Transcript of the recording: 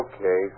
Okay